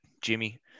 Jimmy